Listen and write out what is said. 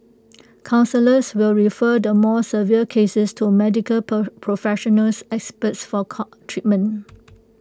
counsellors will refer the more severe cases to medical professional experts for treatment